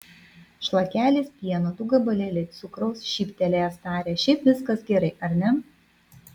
šlakelis pieno du gabalėliai cukraus šyptelėjęs tarė šiaip viskas gerai ar ne